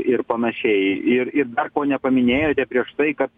ir panašiai ir ir dar ko nepaminėjote prieš tai kad